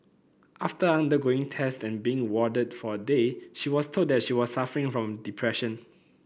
after undergoing test and being warded for a day she was told that she was suffering from depression